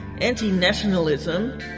anti-nationalism